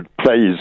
plays